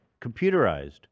computerized